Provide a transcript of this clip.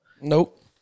Nope